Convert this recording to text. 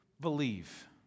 believe